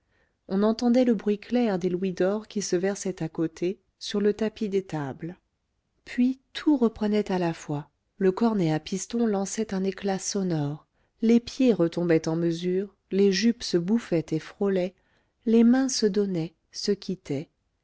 on entendait le bruit clair des louis d'or qui se versaient à côté sur le tapis des tables puis tout reprenait à la fois le cornet à pistons lançait un éclat sonore les pieds retombaient en mesure les jupes se bouffaient et frôlaient les mains se donnaient se quittaient